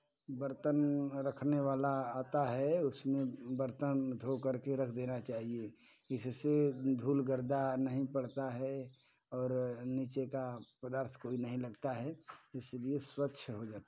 बर्तन रखने वाला आता है उसमें बर्तन धोकर के रख देना चाहिये इससे धूल गर्दा नहीं पड़ता है और नीचे का पदार्थ कोई नहीं लगता है इसलिये स्वच्छ हो जाता है